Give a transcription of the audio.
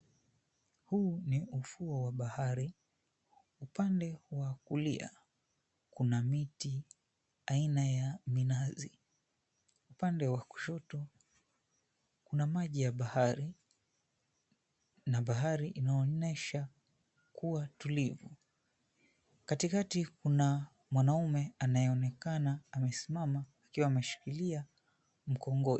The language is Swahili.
Huu ni ufuo wa bahari. Upande wa kulia kuna miti aina ya minazi. Upande wa kushoto kuna maji ya bahari na bahari inaonyesha kuwa tulivu. Katikati kuna mwanaume anayeonekana amesimama akiwa ameshikilia mkongojo.